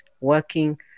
working